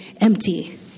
empty